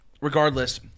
regardless